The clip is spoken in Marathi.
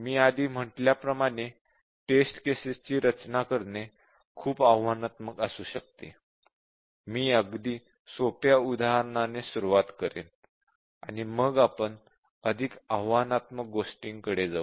मी आधी म्हटल्याप्रमाणे टेस्ट केसेस ची रचना करणे खूप आव्हानात्मक असू शकते मी अगदी सोप्या उदाहरणाने सुरुवात करेन आणि मग आपण अधिक आव्हानात्मक गोष्टींकडे जाऊ